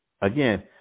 Again